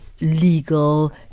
legal